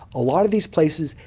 a lot of these places,